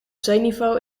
zeeniveau